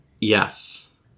Yes